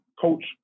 coach